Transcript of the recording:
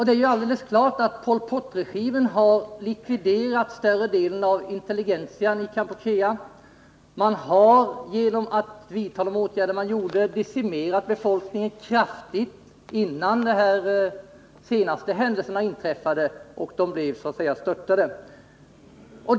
Det är alldeles klart att Pol Pot-regimen likviderade större delen av intelligentian i Kampuchea. Innan de senaste händelserna inträffade och regimen störtades hade man genom de åtgärder man vidtagit kraftigt decimerat befolkningen.